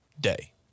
day